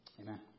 Amen